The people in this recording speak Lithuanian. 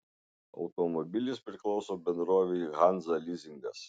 automobilis priklauso bendrovei hanza lizingas